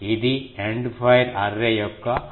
ఇది end fire array యొక్క ఆలోచన